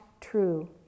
true